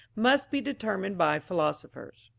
must be determined by philosophers.